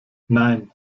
nein